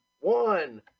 one